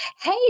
Hey